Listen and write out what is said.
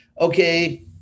okay